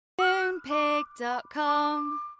Moonpig.com